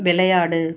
விளையாடு